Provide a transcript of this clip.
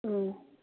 ꯎꯝ